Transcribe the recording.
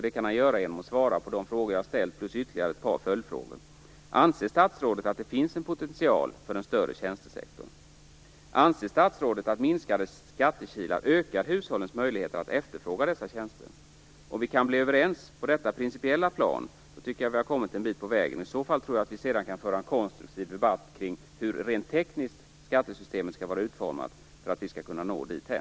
Det kan han göra genom att svara på de frågor som jag har ställt plus ytterligare ett par följdfrågor, nämligen: Anser statsrådet att det finns en potential för en större tjänstesektor? Anser statsrådet att minskade skattekilar ökar hushållens möjligheter att efterfråga dessa tjänster? Om vi kan bli överens på det principiella planet tycker jag att vi har kommit en bit på vägen. I så fall tror jag att vi sedan kan föra en konstruktiv debatt om hur skattesystemet rent tekniskt skall vara utformat för att vi skall kunna nå dithän.